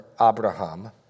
Abraham